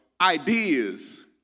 ideas